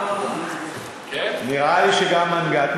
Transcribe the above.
תמלוגים